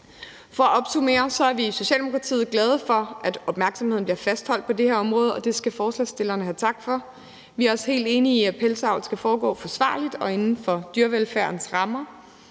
For at opsummere vil jeg sige, at vi i Socialdemokratiet er glade for, at opmærksomheden bliver fastholdt på det her område, og det skal forslagsstillerne have tak for. Vi er også helt enige i, at pelsdyravl skal foregå forsvarligt og inden for dyrevelfærdens rammer,